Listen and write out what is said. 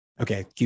Okay